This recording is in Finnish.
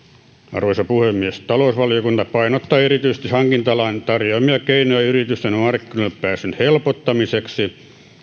arvoisa puhemies talousvaliokunta painottaa erityisesti hankintalain tarjoamia keinoja yritysten markkinoille pääsyn helpottamiseksi